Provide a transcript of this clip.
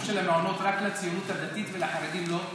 של המעונות רק לציונות הדתית ולחרדים לא,